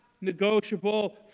negotiable